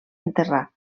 enterrar